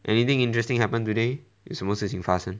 anything interesting happen today 有什么事情发生